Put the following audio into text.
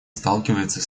сталкивается